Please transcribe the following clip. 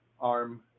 arm